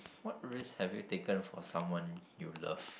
what risk have you taken for someone you love